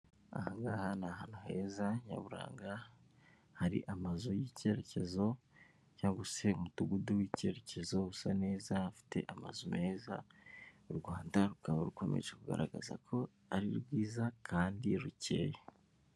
Aha ngaha ni ahantu heza nyaburanga hari amazu y'icyerekezo cyangwa se umudugudu w'icyerekezo usa neza ufite amazu meza, u Rwanda rukaba rukomeje kugaragaza ko ari rwiza kandi rukeye.